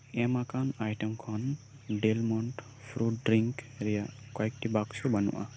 ᱮᱢ ᱟᱠᱟᱱ ᱟᱭᱴᱮᱢ ᱠᱷᱚᱱ Del Monte fruit drink ᱨᱮᱭᱟᱜ ᱠᱚᱭᱮᱠᱴᱤ ᱵᱟᱠᱥᱚ ᱵᱟᱹᱱᱩᱜᱼᱟ